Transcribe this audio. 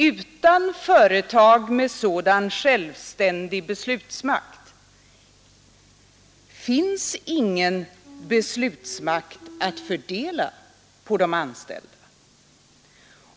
Utan företag med sådan självständig beslutsmakt finns ingen beslutsmakt att fördela på de anställda.